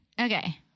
Okay